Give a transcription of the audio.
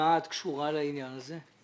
ומה את קשורה לעניין הזה?